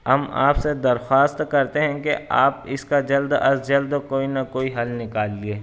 ہم آپ سے درخواست کرتے ہیں کہ آپ اس کا جلد از جلد کوئی نہ کوئی حل نکالیے